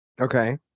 okay